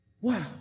Wow